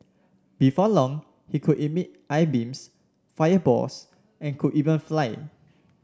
before long he could emit eye beams fireballs and could even fly